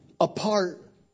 apart